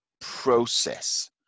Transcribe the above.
process